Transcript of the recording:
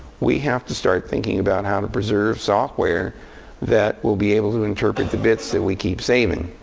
we have to start thinking about how to preserve software that will be able to interpret the bits that we keep saving.